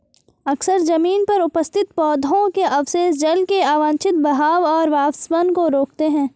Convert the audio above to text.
अक्सर जमीन पर उपस्थित पौधों के अवशेष जल के अवांछित बहाव और वाष्पन को रोकते हैं